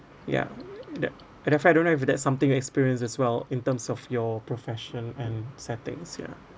yeah that definitely I don't have that something you experience as well in terms of your profession and settings yeah